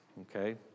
okay